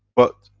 but,